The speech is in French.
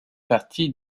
partie